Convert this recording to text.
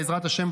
בעזרת השם,